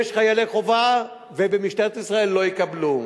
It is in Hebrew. יש חיילי חובה, ובמשטרת ישראל לא יקבלו?